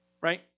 right